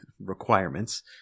requirements